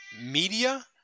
Media